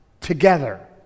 together